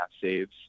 saves